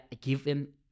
given